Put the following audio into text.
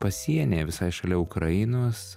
pasienyje visai šalia ukrainos